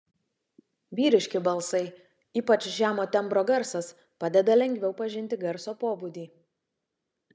vyriški balsai ypač žemo tembro garsas padeda lengviau pažinti garso pobūdį